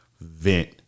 vent